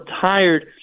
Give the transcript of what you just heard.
tired